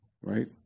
right